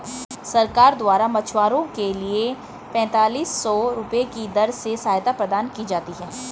सरकार द्वारा मछुआरों के लिए पेंतालिस सौ रुपये की दर से सहायता प्रदान की जाती है